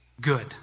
good